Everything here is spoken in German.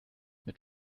mit